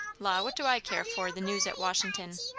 la, what do i care for the news at washington?